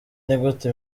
nigute